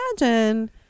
imagine